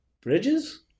Bridges